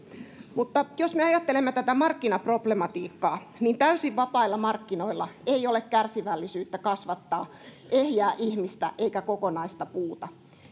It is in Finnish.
säilyy jos me ajattelemme tätä markkinaproblematiikkaa niin täysin vapailla markkinoilla ei ole kärsivällisyyttä kasvattaa ehjää ihmistä eikä kokonaista puuta